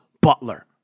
Butler